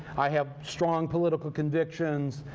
i have strong political convictions,